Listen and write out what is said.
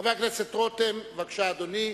חבר הכנסת רותם, בבקשה, אדוני.